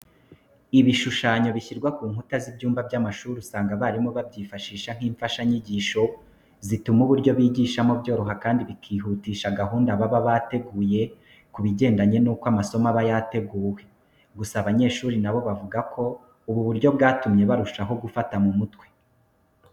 Ibishushanyo bishyirwa ku nkuta z'ibyumba by'amashuri usanga abarimu babyifashisha nk'imfashanyigisho zituma uburyo bigishamo byoroha kandi bikihutisha gahunda baba bateguye ku bigendanye nuko amasomo aba yateguwe. Gusa abanyeshuri na bo bavuga ko ubu buryo bwatumye barushaho kufata mu mutwe.